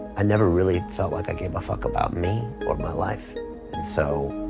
i never really felt like i gave a fuck about me or my life and so